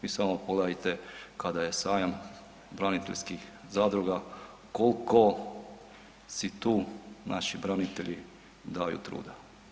Vi samo pogledajte kada je sajam braniteljskih zadruga koliko si tu naši branitelji daju truda.